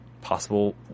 possible